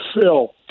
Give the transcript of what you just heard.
Phil